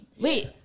Wait